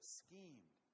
schemed